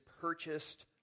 purchased